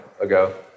ago